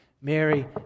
Mary